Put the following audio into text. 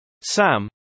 Sam